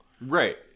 right